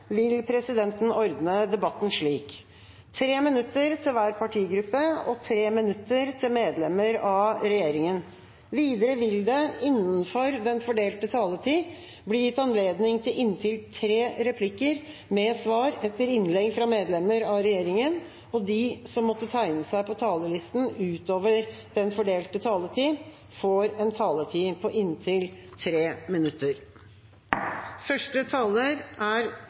vil presidenten ordne debatten slik: 3 minutter til hver partigruppe og 3 minutter til medlemmer av regjeringen. Videre vil det – innenfor den fordelte taletid – bli gitt anledning til inntil tre replikker med svar etter innlegg fra medlemmer av regjeringen, og de som måtte tegne seg på talerlisten utover den fordelte taletid, får også en taletid på inntil 3 minutter.